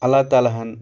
اللہ تعالیٰ ہَن